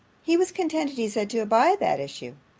he was contented, he said, to abide that issue.